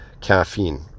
caffeine